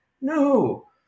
no